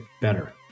better